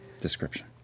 description